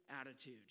attitude